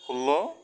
ষোল্ল